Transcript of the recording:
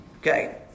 Okay